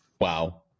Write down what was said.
Wow